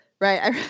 right